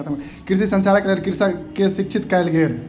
कृषि संचारक लेल कृषक के शिक्षित कयल गेल